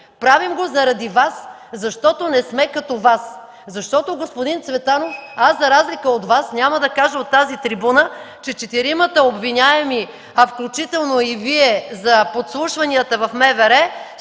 Правим го заради Вас, защото не сме като Вас. Господин Цветанов, за разлика от Вас, няма да кажа от тази трибуна, че четиримата обвиняеми, включително и Вие, за подслушванията в МВР